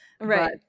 Right